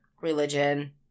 religion